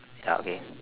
ya okay